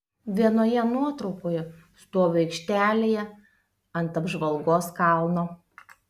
vienoje nuotraukoje stoviu aikštelėje ant apžvalgos kalno